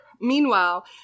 Meanwhile